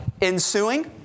ensuing